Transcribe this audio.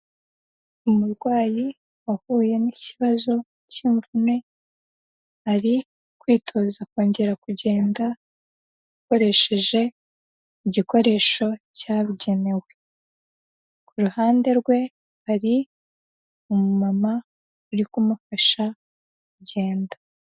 Umurwayi wahuye n'ikibazo cy'imvune, ari kwitoza kongera kugenda akoresheje igikoresho cyabigenewe. Ku ruhande rwe hari umumama uri kumufasha kugenda.